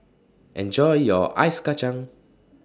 Enjoy your Ice Kacang